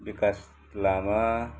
विकास लामा